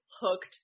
hooked